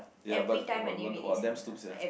ya but but !wah! damn stoop sia